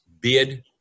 bid